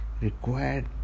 required